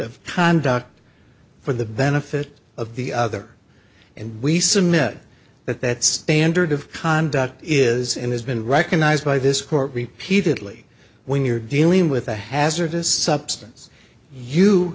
of conduct for the benefit of the other and we submit that that standard of conduct is and has been recognized by this court repeatedly when you're dealing with a hazardous substance you